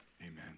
amen